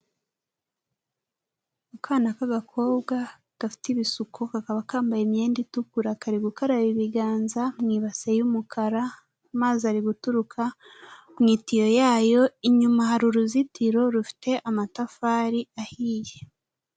Akana k'agakobwa gafite ibisuko, kakaba kambaye imyenda itukura, kari gukaraba ibiganza mw’ibase y'umukara, amazi ari guturuka mu itiyo yayo. Inyuma har’uruzitiro rufite amatafari ahiye.